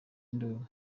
induru